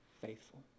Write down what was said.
faithful